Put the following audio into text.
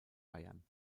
bayern